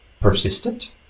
persistent